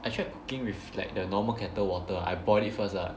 I tried cooking with like the normal kettle water I boiled it first ah